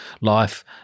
life